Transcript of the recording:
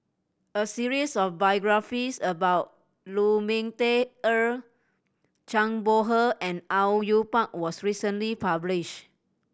a series of biographies about Lu Ming Teh Earl Zhang Bohe and Au Yue Pak was recently publish